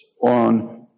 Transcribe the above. on